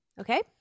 Okay